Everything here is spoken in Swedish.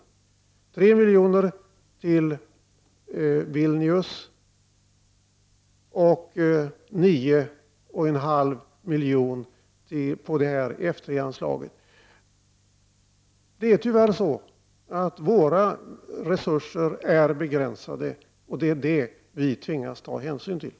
Det är 3 milj.kr. till Vilnius och 9,5 milj.kr. till F 3-anslaget. Våra resurser är tyvärr begränsade, och det är något vi tvingas ta hänsyn till.